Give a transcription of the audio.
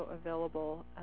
available